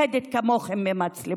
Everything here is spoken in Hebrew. האוכלוסייה הערבית לא מפחדת כמוכם ממצלמות.